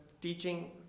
teaching